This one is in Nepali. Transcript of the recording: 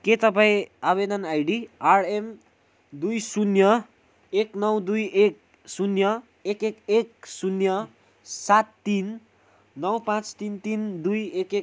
के तपाईँँ आवेदन आइडी आरएम दुई शून्य एक नौ दुई एक शून्य एक एक एक शून्य सात तिन नौ पाँच तिन तिन दुई एक एक